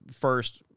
first